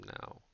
now